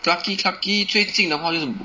clarke quay clarke quay 最近的话就是